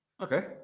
Okay